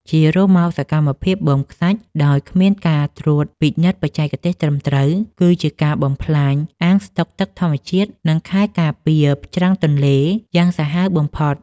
ជារួមមក សកម្មភាពបូមខ្សាច់ដោយគ្មានការត្រួតពិនិត្យបច្ចេកទេសត្រឹមត្រូវ គឺជាការបំផ្លាញអាងស្តុកទឹកធម្មជាតិ និងខែលការពារច្រាំងទន្លេយ៉ាងសាហាវបំផុត។